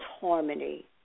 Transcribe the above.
harmony